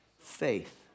faith